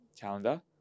calendar